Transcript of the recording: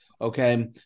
Okay